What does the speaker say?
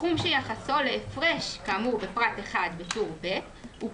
סכום שיחסו להפרש כאמור בפרט 1 בטור ב' הוא